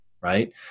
right